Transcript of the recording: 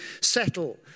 settle